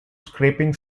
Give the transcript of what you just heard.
scraping